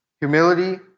humility